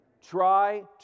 Try